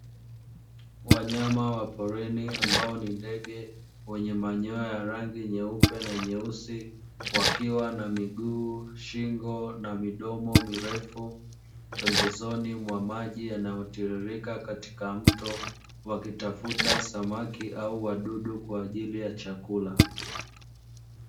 Wanyama wa porini ambao ni ndege wenye manyoya ya rangi nyeupe na nyeusi wakiwa na miguu, shingo na midomo mirefu, pembezoni mwa maji yanayotiririka katika mto wakitafuta samaki au wadudu kwa ajili ya chakula.